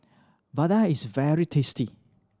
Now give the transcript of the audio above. vadai is very tasty